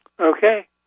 Okay